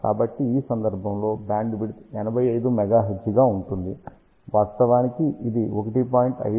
కాబట్టి ఈ సందర్భంలో బ్యాండ్విడ్త్ 85 MHz గా ఉంటుంది వాస్తవానికి ఇది 1